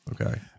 Okay